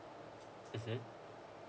mmhmm